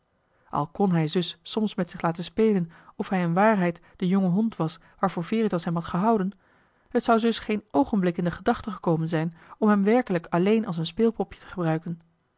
al kon hij zus soms met zich laten spelen of hij in waarheid de jonge hond was waarvoor veritas hem had gehouden het zou zus geen oogenblik in de gedachte gekomen zijn om hem werkelijk alleen als een speelpopje te gebruiken